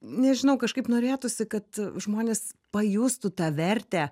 nežinau kažkaip norėtųsi kad žmonės pajustų tą vertę